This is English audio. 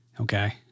Okay